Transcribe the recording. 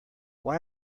why